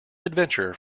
adventure